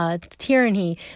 tyranny